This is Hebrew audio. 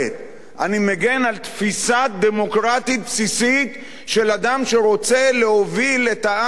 אני מגן על תפיסה דמוקרטית בסיסית של אדם שרוצה להוביל את העם כולו,